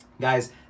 Guys